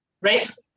race